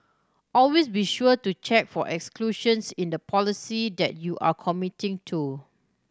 always be sure to check for exclusions in the policy that you are committing to